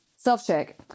Self-check